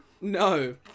No